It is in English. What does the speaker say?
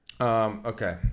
Okay